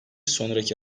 sonraki